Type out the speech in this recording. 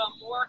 more